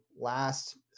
last